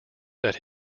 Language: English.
that